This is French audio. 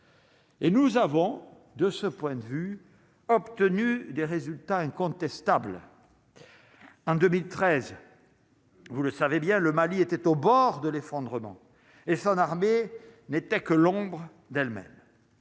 Et nous avons de ce point de vue, obtenu des résultats incontestables en 2013, vous le savez bien, le Mali était au bord de l'effondrement et son armée n'était que l'ombre d'elle-même,